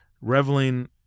reveling